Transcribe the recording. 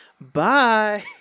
Bye